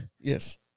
Yes